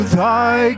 thy